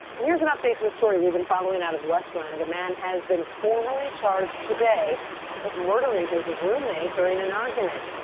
and here's an update to a story we've been following out of westland. a man has been formally charged with murdering his roommate during an argument.